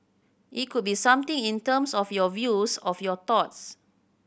it could be something in terms of your views of your thoughts